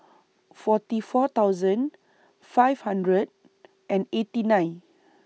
forty four thousand five hundred and eighty nine